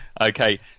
Okay